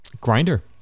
Grinder